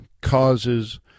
causes